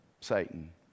Satan